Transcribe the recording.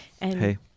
Hey